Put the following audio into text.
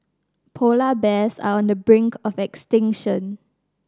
polar bears are on the brink of extinction